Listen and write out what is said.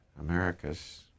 America's